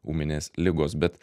ūminės ligos bet